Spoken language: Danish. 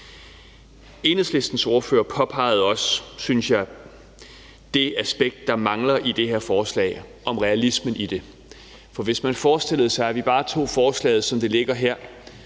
Enhedslistens ordfører påpegede også det aspekt, der, synes jeg, mangler i det her forslag, nemlig realismen i det. For hvis man forestillede sig, at vi bare tog forslaget, som det ligger her,